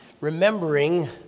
remembering